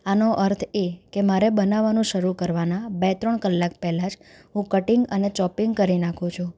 આનો અર્થ એ કે મારે બનાવાનું શરૂ કરવાના બે ત્રણ કલાક પહેલાં જ હું કટિંગ અને ચોપિંગ કરી નાખું છું